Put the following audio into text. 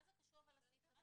מה זה קשור לסעיף הזה?